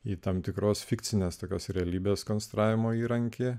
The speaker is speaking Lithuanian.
ji tam tikros fikcinės tokios realybės konstravimo įrankį